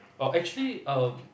oh actually erm